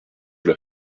sous